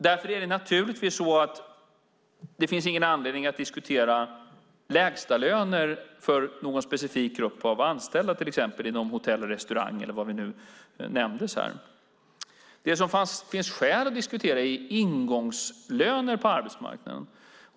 Därför finns det naturligtvis ingen anledning att diskutera lägstalöner för någon specifik grupp av anställda, till exempel inom hotell och restaurang eller vad som nu nämndes här. Det som finns skäl att diskutera är ingångslöner på arbetsmarknaden.